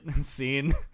scene